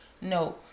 No